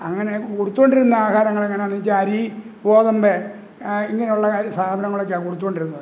അങ്ങനെ കൊടുത്തുകൊണ്ട് ഇരുന്ന ആഹാരങ്ങൾ എങ്ങനെയാണെന്ന് വെച്ചാൽ അരി ഗോതമ്പ് ഇങ്ങനെയുള്ള കാര് സാധനങ്ങളൊക്കെ ആനു കൊടുത്തുകൊണ്ടിരുന്നത്